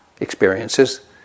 Experiences